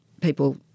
people